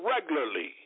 regularly